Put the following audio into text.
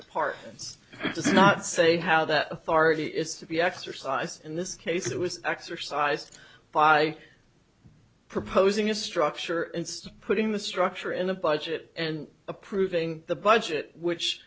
departments does not say how that authority is to be exercised in this case it was exercised by proposing a structure and putting the structure in the budget and approving the budget which